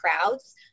crowds